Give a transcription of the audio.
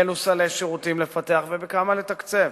אילו סלי שירותים לפתח ובכמה לתקצב.